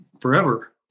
forever